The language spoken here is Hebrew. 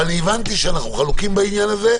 הבנתי שאנחנו חלוקים בעניין הזה.